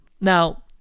Now